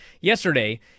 yesterday